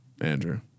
Andrew